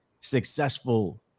successful